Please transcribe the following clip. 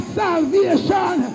salvation